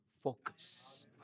Focus